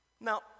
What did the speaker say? Now